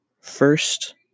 first